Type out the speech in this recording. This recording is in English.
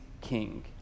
king